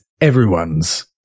everyone's